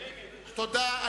תודה.